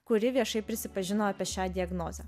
kuri viešai prisipažino apie šią diagnozę